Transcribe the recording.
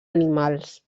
animals